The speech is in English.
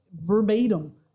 verbatim